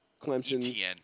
Clemson